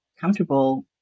comfortable